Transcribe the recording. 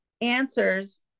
answers